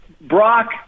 Brock